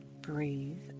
Breathe